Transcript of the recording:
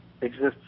exists